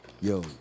Yo